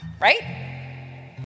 Right